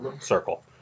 circle